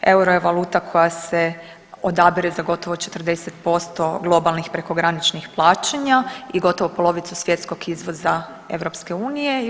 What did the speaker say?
Euro je valuta koja se odabire za gotovo 40% globalnih prekograničnih plaćanja i gotovo polovicu svjetskog izvoza Europske unije.